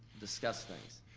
discuss things.